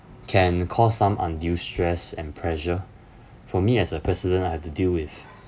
can cause some undue stress and pressure for me as a president I have to deal with